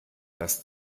das